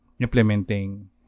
implementing